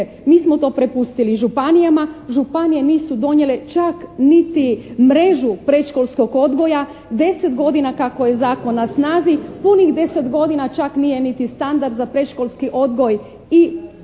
Mi smo to prepustili županijama, županije nisu donijele čak niti mrežu predškolskog odgoja, deset godina kako je zakon na snazi, punih deset godina čak nije niti standard za predškolski odgoj i naime,